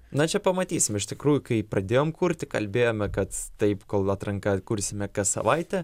na čia pamatysim iš tikrųjų kai pradėjom kurti kalbėjome kad taip kol atranka kursime kas savaitę